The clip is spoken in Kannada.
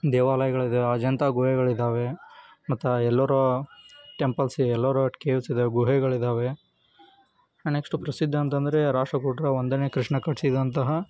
ದೇವಾಲಯಗಳಿದ್ದಾವೆ ಅಜಂತಾ ಗುಹೆಗಳಿದ್ದಾವೆ ಮತ್ತು ಎಲ್ಲೋರ ಟೆಂಪಲ್ಸ್ ಎಲ್ಲೋರ ಕೇವ್ಸ್ ಇದ್ದಾವೆ ಗುಹೆಗಳಿದ್ದಾವೆ ಹಾಂ ನೆಕ್ಸ್ಟು ಪ್ರಸಿದ್ಧ ಅಂತ ಅಂದ್ರೆ ರಾಷ್ಟ್ರಕೂಟರ ಒಂದನೇ ಕೃಷ್ಣ ಕಟ್ಟಿಸಿದಂತಹ